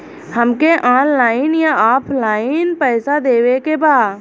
हमके ऑनलाइन या ऑफलाइन पैसा देवे के बा?